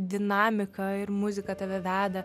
dinamiką ir muzika tave veda